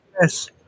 Yes